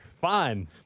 Fine